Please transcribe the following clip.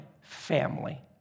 family